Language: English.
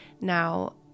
Now